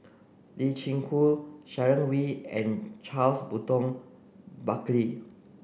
Lee Chin Koon Sharon Wee and Charles Burton Buckley